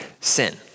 sin